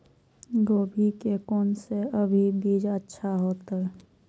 गोभी के कोन से अभी बीज अच्छा होते?